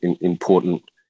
important